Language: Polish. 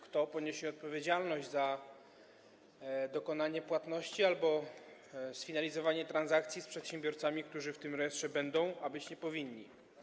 Kto poniesie odpowiedzialność za dokonanie płatności albo sfinalizowanie transakcji z przedsiębiorcami, którzy w tym rejestrze będą, a być nie powinni?